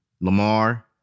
Lamar